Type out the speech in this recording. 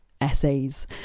essays